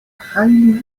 highly